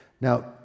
Now